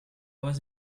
was